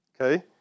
Okay